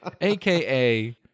aka